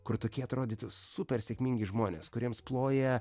kur tokie atrodytų super sėkmingi žmonės kuriems ploja